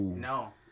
no